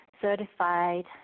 certified